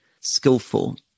skillful